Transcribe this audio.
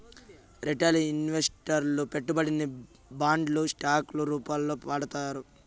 retail ఇన్వెస్టర్లు పెట్టుబడిని బాండ్లు స్టాక్ ల రూపాల్లో పెడతారు